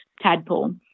tadpole